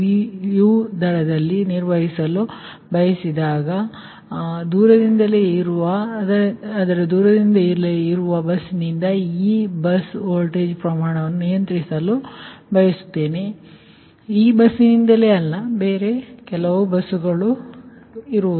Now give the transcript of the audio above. u ದರದಲ್ಲಿ ನಿರ್ವಹಿಸಲು ನಾನು ಬಯಸುತ್ತೇನೆ ಎಂದು ಭಾವಿಸೋಣ ಆದರೆ ದೂರದಿಂದಲೇ ಇರುವ ಬಸ್ನಿಂದ ಈ ಬಸ್ ವೋಲ್ಟೇಜ್ ಪ್ರಮಾಣವನ್ನು ನಿಯಂತ್ರಿಸಲು ನಾನು ಬಯಸುತ್ತೇನೆ ಇದರರ್ಥ ಈ ಬಸ್ನಿಂದ ಅಲ್ಲ ಆದರೆ ಬೇರೆ ಕೆಲವು ಬಸ್ಗಳು ಸರಿ